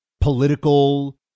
political